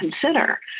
consider